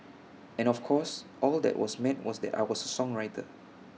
and of course all that was meant was that I was A songwriter